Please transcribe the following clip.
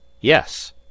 yes